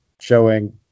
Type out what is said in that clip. showing